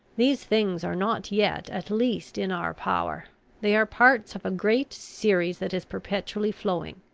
these things are not yet at least in our power they are parts of a great series that is perpetually flowing.